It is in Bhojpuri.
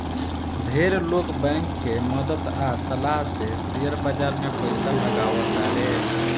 ढेर लोग बैंक के मदद आ सलाह से शेयर बाजार में पइसा लगावे तारे